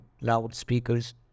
loudspeakers